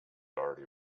already